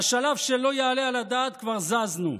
מהשלב של "לא יעלה על הדעת" כבר זזנו.